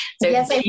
Yes